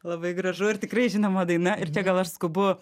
labai gražu ir tikrai žinoma daina ir čia gal aš skubu